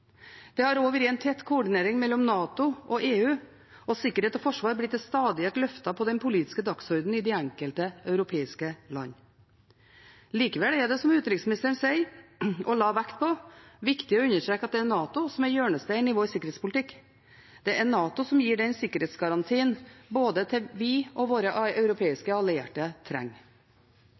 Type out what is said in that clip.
Det har også vært en tett koordinering mellom NATO og EU, og sikkerhet og forsvar blir til stadighet løftet på den politiske dagsordenen i de enkelte europeiske land. Likevel er det, som utenriksministeren sa og la vekt på, viktig å understreke at det er NATO som er hjørnesteinen i vår sikkerhetspolitikk. Det er NATO som gir den sikkerhetsgarantien både vi og våre europeiske allierte trenger.